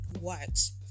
works